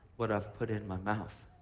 what i've put in my mouth.